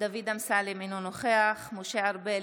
דוד אמסלם, אינו נוכח משה ארבל,